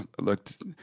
looked